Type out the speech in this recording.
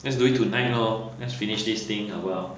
let's do it tonight lor let's finish this thing 好不好